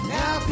Now